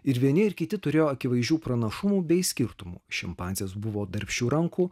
ir vieni ir kiti turėjo akivaizdžių pranašumų bei skirtumų šimpanzės buvo darbščių rankų